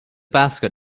basket